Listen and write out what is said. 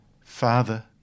Father